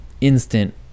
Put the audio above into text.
instant